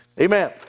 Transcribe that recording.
Amen